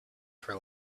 for